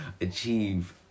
achieve